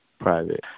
private